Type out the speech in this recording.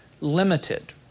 limited